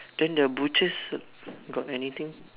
then the butchers got anything